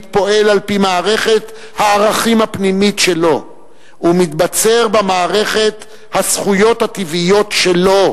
פועל על-פי מערכת הערכים הפנימית שלו ומתבצר במערכת הזכויות הטבעיות שלו